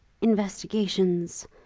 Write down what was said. investigations